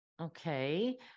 Okay